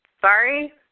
Sorry